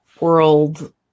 world